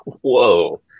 whoa